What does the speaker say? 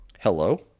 Hello